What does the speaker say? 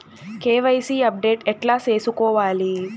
KYC update ఎట్లా సేసుకోవాలి?